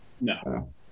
No